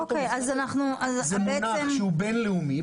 הרשות המוסמכת, זה מונח שהוא בין-לאומי.